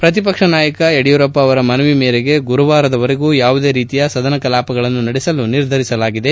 ಪ್ರತಿಪಕ್ಷನಾಯಕ ಯಡಿಯೂರಪ್ಪ ಅವರ ಮನವಿ ಮೇರೆಗೆ ಗುರುವಾರದವರೆಗೂ ಯಾವುದೇ ರೀತಿಯ ಸದನ ಕಲಾಪಗಳನ್ನು ನಡೆಸಲು ನಿರ್ಧರಿಸಲಾಗಿದೆ